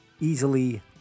Easily